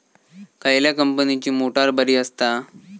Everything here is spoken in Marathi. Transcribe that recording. खयल्या कंपनीची मोटार बरी असता?